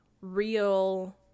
real